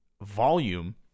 volume